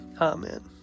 Amen